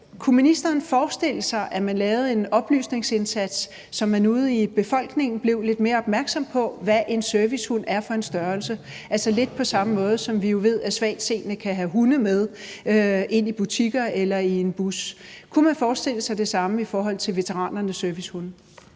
Kunne ministeren forestille sig, at man lavede en oplysningsindsats, så man ude i befolkningen blev lidt mere opmærksom på, hvad en servicehund er for en størrelse, altså lidt på samme måde, som vi jo ved er tilfældet, når svagtseende kan have hunde med ind i butikker eller i busser? Kunne man forestille sig det samme i forhold til veteranernes servicehunde?